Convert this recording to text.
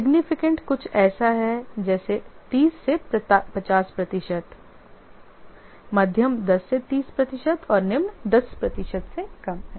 significant कुछ ऐसा है जैसे 30 से 50 प्रतिशत मध्यम 10 से 30 प्रतिशत और निम्न 10 प्रतिशत से कम है